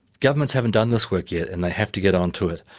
governments haven't done this work yet, and they have to get on to it.